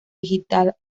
digital